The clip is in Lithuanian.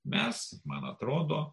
mes man atrodo